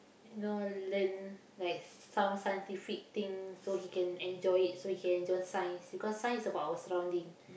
you know learn like some scientific thing so he can enjoy it so he can enjoy science because science is about our surrounding